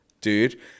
dude